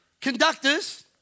conductors